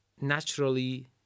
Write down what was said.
naturally